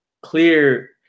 clear